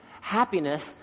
happiness